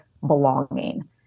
belonging